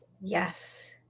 Yes